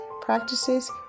practices